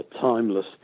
timeless